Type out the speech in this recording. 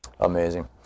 Amazing